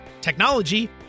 technology